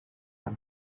umwe